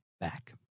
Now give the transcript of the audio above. back